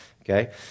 okay